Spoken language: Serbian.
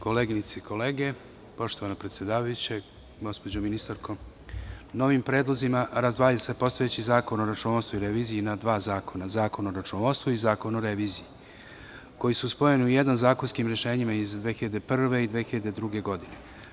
Koleginice i kolege, poštovana predsedavajuća, gospođo ministarko, novim predlozima razdvajaju se postojeći Zakon o računovodstvu i reviziji na dva zakona – Zakon o računovodstvu i Zakon o reviziji, koji su spojeni u jedan zakonskim rešenjima iz 2001. i 2002. godine.